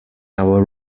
our